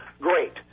great